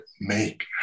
make